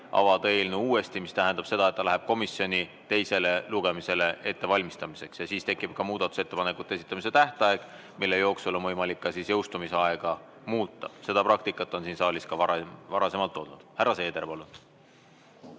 avada eelnõu uuesti. See tähendab seda, et ta läheb komisjoni teisele lugemisele ettevalmistamiseks ja siis tekib ka muudatusettepanekute esitamise tähtaeg, mille jooksul on võimalik ka jõustumise aega muuta. Seda praktikat on siin saalis varasemalt ka olnud. Härra Seeder, palun!